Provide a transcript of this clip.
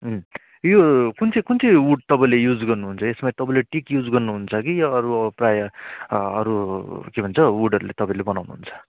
यो कुन चाहिँ कुन चाहिँ वुड तपाईँले युज गर्नुहुन्छ तपाईँले टिक युज गर्नुहुन्छ कि अरू प्रायः अरू के भन्छ वुडहरूले तपाईँले बनाउनुहुन्छ